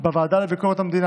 בוועדת העבודה,